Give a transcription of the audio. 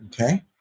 okay